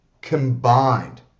combined